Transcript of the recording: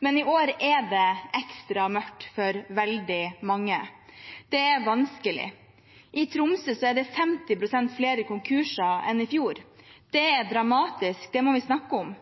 men i år er det ekstra mørkt for veldig mange. Det er vanskelig. I Tromsø er det 50 pst. flere konkurser enn i fjor. Det er dramatisk, det må vi snakke om.